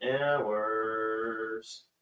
hours